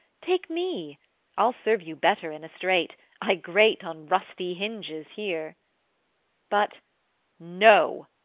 take me i'll serve you better in a strait i grate on rusty hinges here but no!